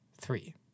Three